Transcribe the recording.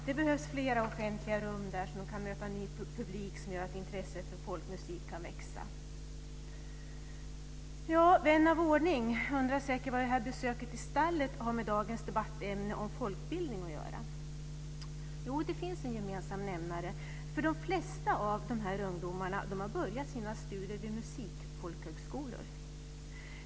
Det behövs fler offentliga rum där de kan möta ny publik som gör att intresset för folkmusik kan växa. Vän av ordning undrar säkert vad besöket i Stallet har med dagens debattämne folkbildning att göra. Jo, det finns en gemensam nämnare, för de flesta av dessa ungdomar har börjat sina studier vid musikfolkhögskolor.